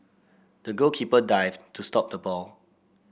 the goalkeeper dived to stop the ball